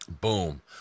Boom